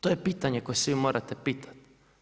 To je pitanje koje se vi morate pitat.